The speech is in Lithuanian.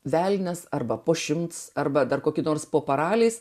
velnias arba po šimts arba dar kokių nors po paraliais